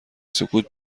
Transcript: سکوت